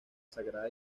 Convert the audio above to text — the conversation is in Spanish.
sagrada